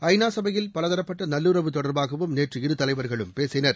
ஐ நா சபையில் பலதரப்பட்டநல்லுறவு தொடர்பாகவும் நேற்று இரு தலைவர்களும் பேசினர்